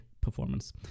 performance